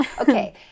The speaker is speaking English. Okay